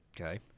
Okay